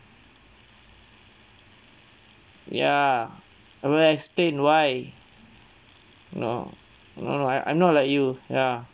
ya I will explain why no no no I I'm not like you ya